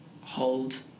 hold